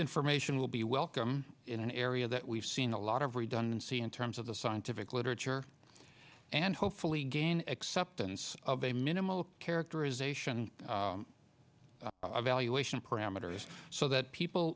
information will be welcome in an area that we've seen a lot of redundancy in terms of the scientific literature and hopefully gain acceptance of a minimal characterization of valuation parameters so that people